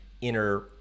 inner